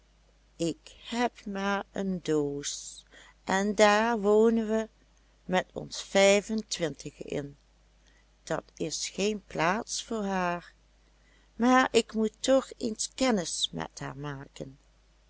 ik heb maar een doos en daar wonen we met ons vijf en twintigen in dat is geen plaats voor haar maar ik moet toch eens kennis met haar maken